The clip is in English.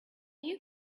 you